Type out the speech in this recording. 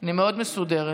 אני מאוד מסודרת.